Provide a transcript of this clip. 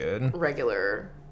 regular